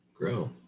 grow